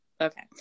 okay